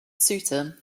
suitor